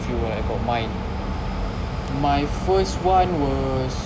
with you about mine my first one was